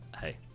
hey